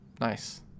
Nice